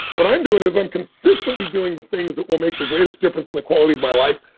what i'm doing is, i'm consistently doing the things that will make the greatest difference in the quality of my life.